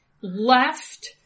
left